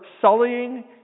sullying